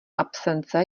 absence